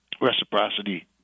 reciprocity